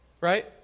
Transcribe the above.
Right